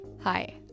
Hi